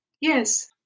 Yes